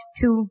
two